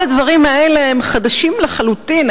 כל הדברים האלה הם חדשים לחלוטין.